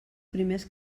primers